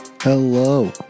Hello